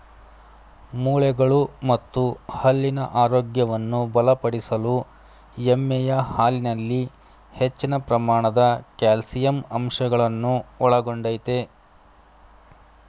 ಮೂಳೆಗಳು ಮತ್ತು ಹಲ್ಲಿನ ಆರೋಗ್ಯವನ್ನು ಬಲಪಡಿಸಲು ಎಮ್ಮೆಯ ಹಾಲಿನಲ್ಲಿ ಹೆಚ್ಚಿನ ಪ್ರಮಾಣದ ಕ್ಯಾಲ್ಸಿಯಂ ಅಂಶಗಳನ್ನು ಒಳಗೊಂಡಯ್ತೆ